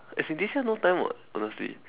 as in this year no time [what] honestly